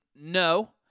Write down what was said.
No